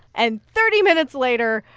and thirty minutes later,